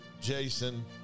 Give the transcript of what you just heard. Jason